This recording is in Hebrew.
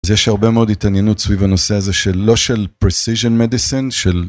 יש הרבה מאוד התעניינות סביב הנושא הזה של לא של Precision Medicine של